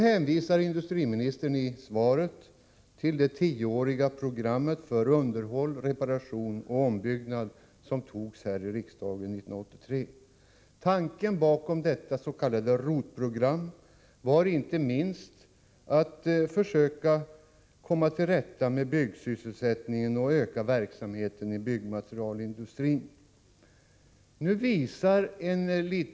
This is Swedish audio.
Industriministern hänvisar i svaret till det tioåriga program för underhåll, reparation och ombyggnad som fastställdes av riksdagen 1983. Tanken bakom detta s.k. ROT-program var inte minst att man ville komma till rätta med byggsysselsättningen och öka verksamheten inom byggmaterialindustrin.